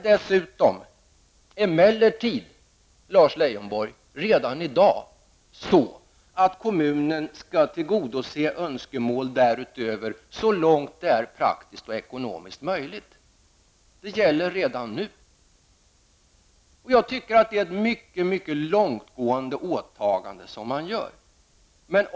Dessutom, Lars Leijonborg, skall kommunen redan i dag tillgodose önskemål därutöver, så långt det är praktiskt och ekonomiskt möjligt. Det gäller redan nu. Jag tycker att det är ett mycket långtgående åtagande som kommunerna gör.